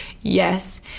yes